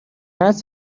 هست